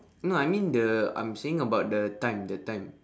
no I mean the I'm saying about the time the time